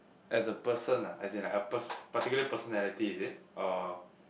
as a person ah as in like a pers~ particular personality is it oh